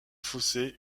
fossé